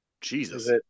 Jesus